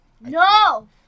No